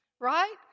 Right